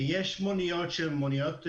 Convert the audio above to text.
יש מוניות שהן מוניות מונגשות.